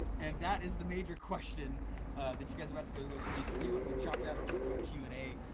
and that is the major question that you guys are about to go to go see. so we went, and we chopped out a really cool q and a